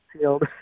sealed